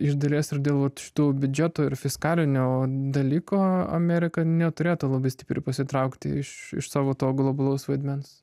iš dalies ir dėl vat šitų biudžeto ir fiskalinio dalyko amerika neturėtų labai stipri pasitraukti iš iš savo to globalaus vaidmens